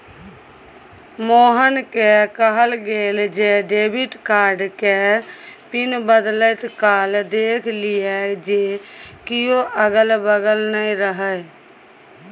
मोहनकेँ कहल गेल जे डेबिट कार्ड केर पिन बदलैत काल देखि लिअ जे कियो अगल बगल नै रहय